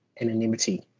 anonymity